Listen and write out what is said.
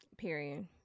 period